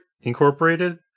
Incorporated